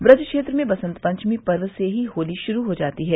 ब्रज क्षेत्र में वसंत पंचमी पर्व से ही होती शुरू हो जाती है